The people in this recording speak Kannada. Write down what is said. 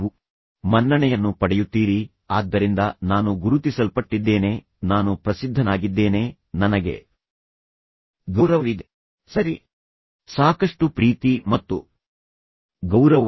ತದನಂತರ ಅವನು ಮತ್ತೆ ಹೇಳುತ್ತಲೇ ಇರುತ್ತಾನೆ ನಾನು ನಿನ್ನನ್ನು ದ್ವೇಷಿಸುತ್ತೇನೆ ನಾನು ಈಗಲೇ ಮನೆ ಬಿಟ್ಟು ಹೋಗುತ್ತಿದ್ದೇನೆ ನಾನು ಈ ಕೂಡಲೇ ಮನೆ ಬಿಟ್ಟು ಹೋಗುತ್ತಿದ್ದೇನೆ